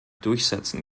durchsetzen